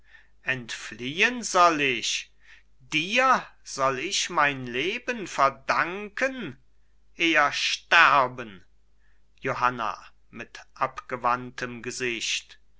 entfliehen soll ich dir soll ich mein leben verdanken eher sterben johanna mit abgewandtem gesicht